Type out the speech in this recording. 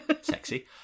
Sexy